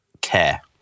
care